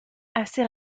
assez